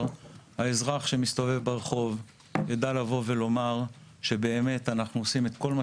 האזרח שמסתובב ברחוב יידע לבוא ולומר שבאמת אנחנו עושים את כל מה